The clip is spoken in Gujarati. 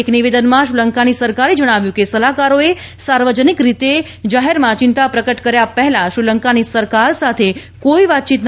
એક નિવેદનમાં શ્રીલંકાની સરકારે જણાવ્યું કે સલાહકારોએ સાર્વજનિક રૂપે જાહેરમાં ચિંતા પ્રકટ કર્યા પહેલાં શ્રીલંકાની સરકાર સાથે કોઇ વાતચીત નથી કરી